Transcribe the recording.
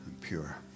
pure